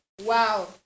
wow